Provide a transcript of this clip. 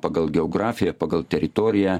pagal geografiją pagal teritoriją